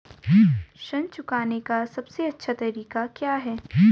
ऋण चुकाने का सबसे अच्छा तरीका क्या है?